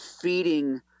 feeding